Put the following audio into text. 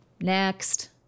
next